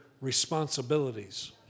responsibilities